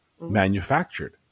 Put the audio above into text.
Manufactured